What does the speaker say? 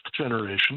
generation